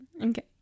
Okay